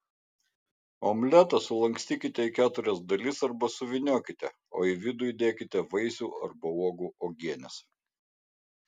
omletą sulankstykite į keturias dalis arba suvyniokite o į vidų įdėkite vaisių arba uogų uogienės